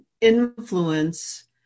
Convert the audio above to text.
influence